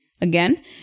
Again